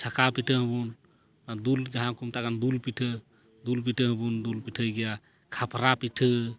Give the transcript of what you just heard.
ᱪᱷᱟᱠᱟᱣ ᱯᱤᱴᱷᱟᱹ ᱦᱚᱸᱵᱚᱱ ᱫᱩᱞ ᱡᱟᱦᱟᱸ ᱠᱚ ᱢᱮᱛᱟᱜ ᱠᱟᱱᱟ ᱫᱩᱞ ᱯᱤᱴᱷᱟᱹ ᱫᱩᱞ ᱯᱤᱴᱷᱟᱹ ᱦᱚᱵᱚᱱ ᱫᱩᱞ ᱯᱤᱴᱷᱟᱹᱭ ᱜᱮᱭᱟ ᱠᱷᱟᱯᱨᱟ ᱯᱤᱴᱷᱟᱹ